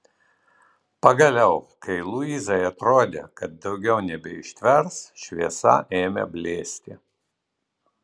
pagaliau kai luizai atrodė kad daugiau nebeištvers šviesa ėmė blėsti